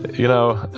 you know